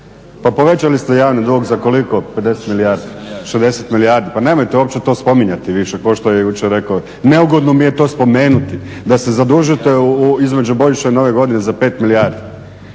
pa povećali ste javni dug za koliko? 60 milijardi. Pa nemojte to uopće spominjati više ko što je jučer rekao, neugodno mi je to spomenuti da se zadužite između Božića i Nove godine za 5 milijardi,